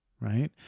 right